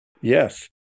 Yes